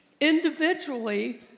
individually